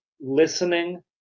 listening